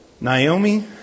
Naomi